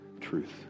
truth